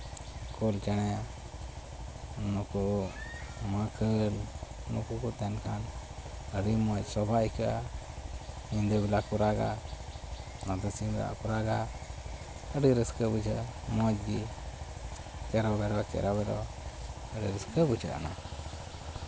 ᱠᱳᱞ ᱪᱮᱬᱮ ᱱᱩᱠᱩ ᱢᱟᱹᱠᱟᱹᱞ ᱱᱩᱠᱩ ᱠᱚ ᱛᱟᱦᱮᱱ ᱠᱷᱟᱱ ᱟᱹᱰᱤ ᱢᱚᱡᱽ ᱥᱚᱵᱷᱟ ᱟᱹᱭᱠᱟᱹᱜᱼᱟ ᱧᱤᱫᱟᱹ ᱵᱮᱞᱟ ᱠᱚ ᱨᱟᱜᱟ ᱱᱚᱛᱮ ᱥᱤᱢ ᱨᱟᱜ ᱦᱚᱸᱠᱚ ᱨᱟᱜᱟ ᱟᱹᱰᱤ ᱨᱟᱹᱥᱠᱟᱹ ᱵᱩᱡᱷᱟᱹᱜᱼᱟ ᱢᱚᱡᱽ ᱜᱮ ᱪᱮᱨᱚᱼᱵᱮᱨᱚ ᱪᱮᱨᱚᱼᱵᱮᱨᱚ ᱟᱹᱰᱤ ᱨᱟᱹᱥᱠᱟᱹ ᱵᱩᱡᱷᱟᱹᱜ ᱟᱱᱟ